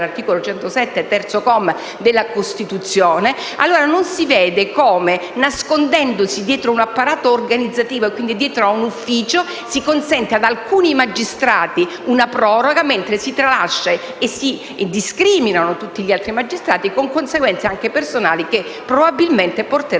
allora non si vede come, nascondendosi dietro a un apparato organizzativo e quindi dietro ad un ufficio, si possa consentire ad alcuni magistrati una proroga, mentre si tralasciano e si discriminano tutti gli altri magistrati, con conseguenze anche personali che probabilmente porteranno